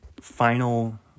final